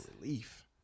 relief